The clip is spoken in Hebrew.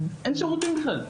אין שירותים בכלל,